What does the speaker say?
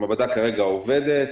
המעבדה כרגע עובדת.